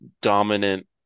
dominant